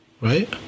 right